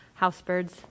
housebirds